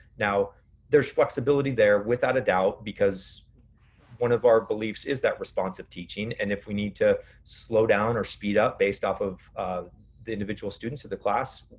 now there's flexibility there without a doubt, because one of our beliefs is that responsive teaching. and if we need to slow down or speed up based off of the individual students in the class,